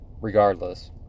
regardless